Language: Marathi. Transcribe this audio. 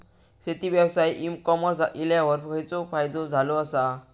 शेती व्यवसायात ई कॉमर्स इल्यावर खयचो फायदो झालो आसा?